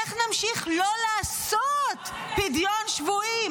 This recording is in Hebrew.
איך נמשיך לא לעשות פדיון שבויים,